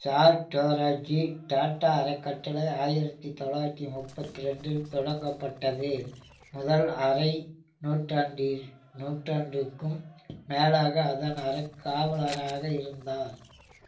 sir Dorabji Tata அறக்கட்டளை ஆயிரத்தி தொள்ளாயிரத்தி முப்பத்தி ரெண்டில் தொடங்கப்பட்டது முதல் அரை நூற்றாண்டில் நூற்றாண்டுக்கும் மேலாக அதன் அறக்காவலராக இருந்தார்